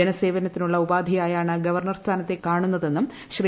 ജനസേവനത്തിനുള്ള ഉപാധിയായാണ് ഗവർണർ സ്ഥാനത്തെ കാണുന്നതെന്നും ശ്രീ